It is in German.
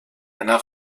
einer